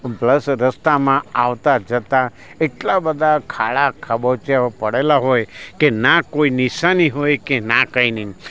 પ્લ plus રસ્તામાં આવતા જતા એટલા બધા ખાડા ખાબોચિયાઓ પડેલા હોય કે ના કોઈ નિશાની હોય કે ના કંઈ નઈ